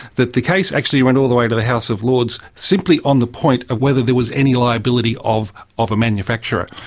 the the case actually went all the way to the house of lords simply on the point of whether there was any liability of of a manufacturer,